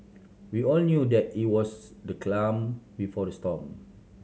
we all knew that it was the calm before the storm